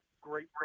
great